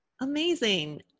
Amazing